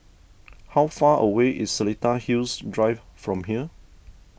how far away is Seletar Hills Drive from here